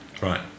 right